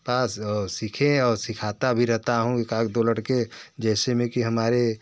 पास सीखें और सिखाता भी रहता हूँ एक आध दो लड़के जैसे में कि हमारे